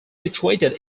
situated